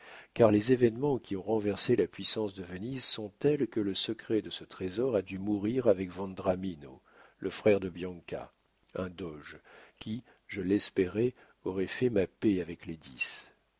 car les événements qui ont renversé la puissance de venise sont tels que le secret de ce trésor a dû mourir avec vendramino le frère de bianca un doge qui je l'espérais aurait fait ma paix avec les